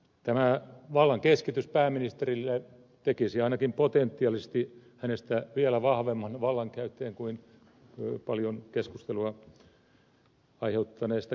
tämä vallan keskitys pääministerille tekisi ainakin potentiaalisesti hänestä vielä vahvemman vallankäyttäjän kuin oli vahvasta vallasta paljon keskustelua aiheuttanut kekkonen